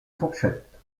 fourchettes